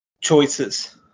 choices